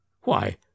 Why